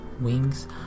Wings